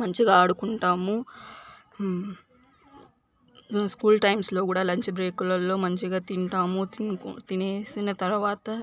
మంచిగా ఆడుకుంటాము స్కూల్ టైమ్స్లో కూడా లంచ్ బ్రేక్లలో మంచిగా తింటాము తినేసిన తర్వాత